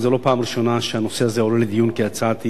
וזה לא הפעם הראשונה שהנושא הזה עולה לדיון כהצעת אי-אמון,